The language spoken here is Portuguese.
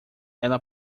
ela